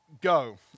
Go